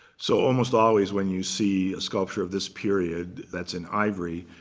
so almost always when you see a sculpture of this period that's in ivory,